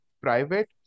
private